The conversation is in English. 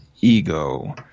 ego